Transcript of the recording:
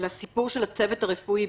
לסיפור של הצוות הרפואי.